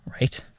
right